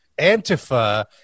antifa